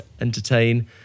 entertain